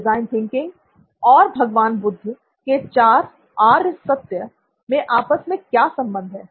design thinking और भगवान बुध के चार आर्य सत्य में आपस में क्या संबंध है